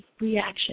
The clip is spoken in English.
reaction